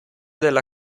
della